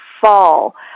fall